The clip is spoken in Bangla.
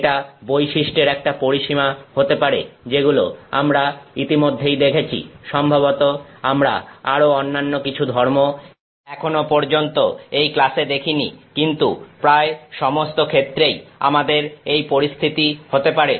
এটা বৈশিষ্ট্যের একটা পরিসীমা হতে পারে যেগুলো আমরা ইতিমধ্যেই দেখেছি সম্ভবত আমরা আরও অন্যান্য কিছু ধর্ম এখনো পর্যন্ত এই ক্লাসে দেখিনি কিন্তু প্রায় সমস্তক্ষেত্রেই আমাদের এই পরিস্থিতি হতে পারে